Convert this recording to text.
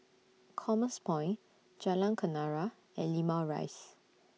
Commerce Point Jalan Kenarah and Limau Rise